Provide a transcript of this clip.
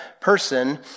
person